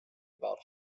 about